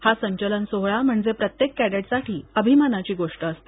हा संचलन सोहळा म्हणजे प्रत्येक कॅडेट साठी अभिमानाची गोष्ट असते